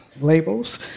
labels